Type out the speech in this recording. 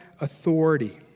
authority